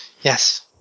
Yes